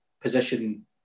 position